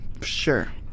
Sure